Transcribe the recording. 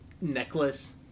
necklace